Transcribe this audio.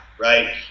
right